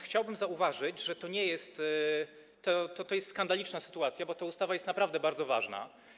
Chciałbym zauważyć, że jest to skandaliczna sytuacja, bo ta ustawa jest naprawdę bardzo ważna.